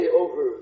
over